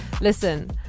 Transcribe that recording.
Listen